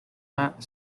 not